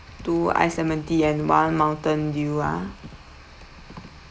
two iced lemon tea and one mountain dew ah